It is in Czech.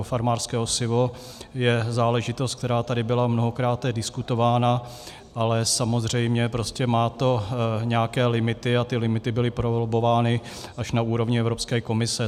Farmářské osivo je záležitost, která tady byla mnohokrát diskutována, ale samozřejmě má to nějaké limity, a ty limity byly prolobbovány až na úrovni Evropské komise.